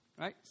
Right